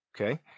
Okay